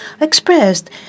expressed